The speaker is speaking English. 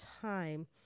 time